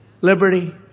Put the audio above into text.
liberty